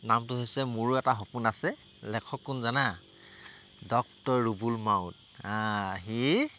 নামটো হৈছে মোৰো এটা সপোন আছে লেখক কোন জানা ডক্তৰ ৰুবুল মাউত অঁ সি